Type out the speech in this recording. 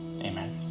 Amen